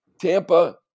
Tampa